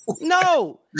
No